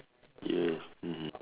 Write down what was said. yes mmhmm